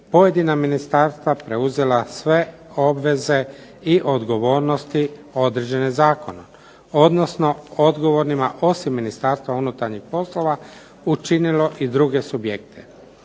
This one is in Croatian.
pojedina ministarstva preuzela sve obveze i odgovornosti određene zakonom, odnosno odgovornima osim Ministarstva unutarnjih poslova učinilo i druge subjekte.